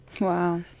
wow